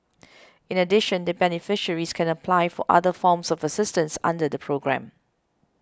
in addition the beneficiaries can apply for other forms of assistance under the programme